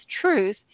truth